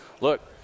look